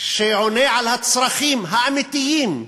שעונה על הצרכים האמיתיים,